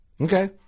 Okay